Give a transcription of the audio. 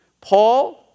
Paul